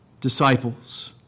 disciples